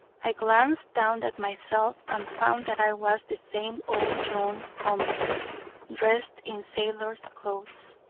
i glanced down at myself and found that i was the same old john convert dressed in sailor's clothes.